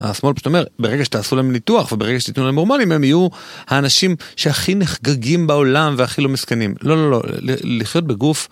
השמאל פשוט אומר, ברגע שתעשו להם ניתוח וברגע שתיתנו להם הורמונים הם יהיו האנשים שהכי נחגגים בעולם והכי לא מסכנים. לא לא לא, לחיות בגוף...